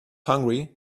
hungry